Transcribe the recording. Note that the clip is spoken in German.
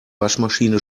waschmaschine